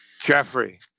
Jeffrey